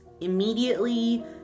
Immediately